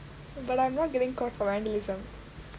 but I'm not getting caught for vandalism